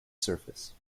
surface